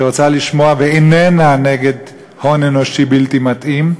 שרוצים לשמוע, ואינם נגד הון אנושי בלתי מתאים,